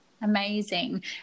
Amazing